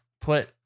put